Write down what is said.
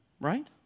Right